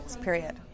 period